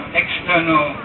external